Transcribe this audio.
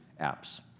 apps